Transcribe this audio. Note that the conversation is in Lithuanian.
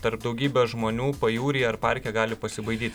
tarp daugybės žmonių pajūryje ar parke gali pasibaidyt